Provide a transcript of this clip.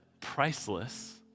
priceless